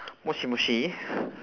moshi moshi